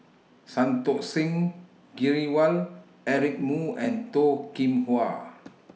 Santokh Singh Grewal Eric Moo and Toh Kim Hwa